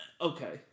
Okay